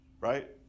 right